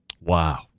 Wow